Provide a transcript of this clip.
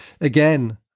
Again